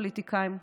הפוליטיקאים,